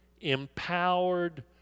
empowered